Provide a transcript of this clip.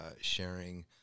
sharing